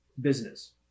business